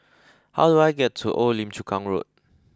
how do I get to Old Lim Chu Kang Road